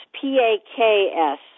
P-A-K-S